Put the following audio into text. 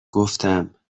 گفتم